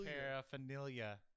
Paraphernalia